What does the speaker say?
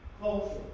culture